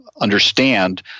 understand